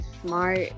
smart